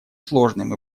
сложным